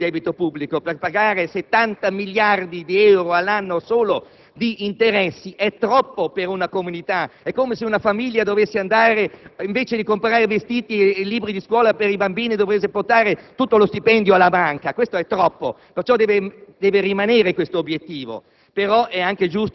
perseguire con serietà l'obiettivo di ridurre il debito pubblico. Pagare 70 miliardi di euro all'anno solo di interessi è troppo per una comunità: è come se una famiglia, invece di comperare vestiti e libri di scuola per i bambini, dovesse portare tutto lo stipendio in banca. È troppo: questo